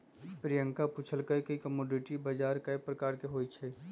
प्रियंका पूछलई कि कमोडीटी बजार कै परकार के होई छई?